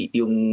yung